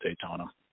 Daytona